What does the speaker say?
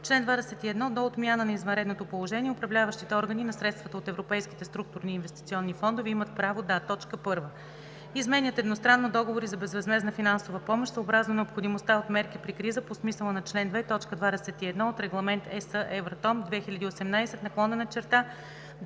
„Чл. 21. До отмяна на извънредното положение управляващите органи на средствата от Европейските структурни и инвестиционни фондове имат право да: 1. изменят едностранно договори за безвъзмездна финансова помощ съобразно необходимостта от мерки при криза по смисъла на чл. 2, т. 21 от Регламент (ЕС, Евратом) 2018/1046 на